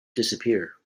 disappear